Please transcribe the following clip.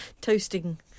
toasting